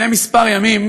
לפני כמה ימים